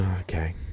Okay